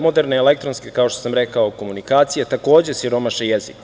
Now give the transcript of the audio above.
Moderne elektronske, kao što sam rekao, komunikacije takođe siromaše jezik.